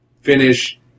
finish